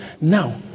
Now